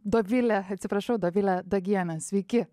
dovilė atsiprašau dovilė dagienė sveiki